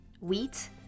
wheat